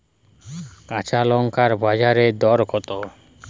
কাঁচা লঙ্কার বাজার দর কত?